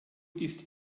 ist